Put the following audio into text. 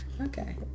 Okay